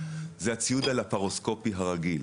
זה הציוד הלפרוסקופי הרגיל.